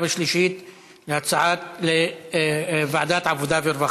(הרחבת ההגדרה "נזקק"